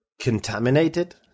contaminated